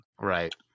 Right